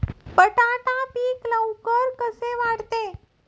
बटाटा पीक लवकर कसे वाढते?